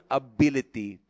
ability